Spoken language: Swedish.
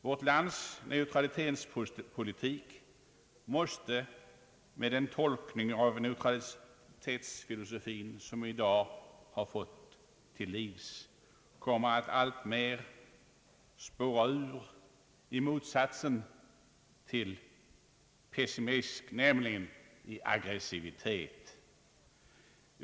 Vårt lands neutralitetspolitik, med den tolkning av neutralitetsfilosofin som vi i dag har fått till livs, kommer att alltmer spåra ur från passivitet till aggresivitet.